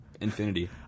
infinity